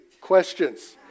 questions